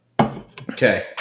Okay